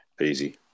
Easy